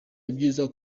ibyiza